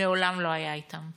מעולם לא היה איתם.